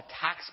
tax